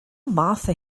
martha